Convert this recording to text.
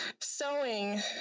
sewing